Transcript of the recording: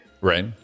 Right